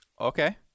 Okay